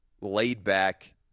laid-back